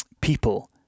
people